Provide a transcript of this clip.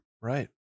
Right